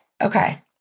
Okay